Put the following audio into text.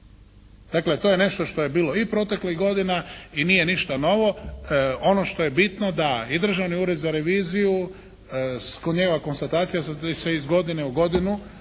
Dakle to je nešto što je bilo i proteklih godina i nije ništa novo. Ono što je bitno da i Državni ured za reviziju … /Govornik se ne razumije./ … konstatacija se iz godine u godinu